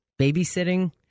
Babysitting